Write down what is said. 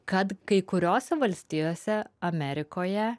kad kai kuriose valstijose amerikoje